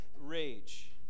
rage